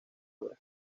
obra